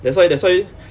that's why that's why